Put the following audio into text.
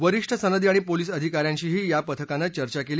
वरीष्ठ सनदी आणि पोलीस अधिका यांशीही या पथकानं चर्चा केली